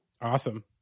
Awesome